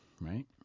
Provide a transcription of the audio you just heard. right